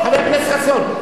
חבר הכנסת חסון,